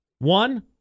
One